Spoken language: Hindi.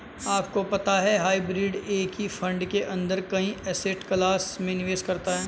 आपको पता है हाइब्रिड एक ही फंड के अंदर कई एसेट क्लास में निवेश करता है?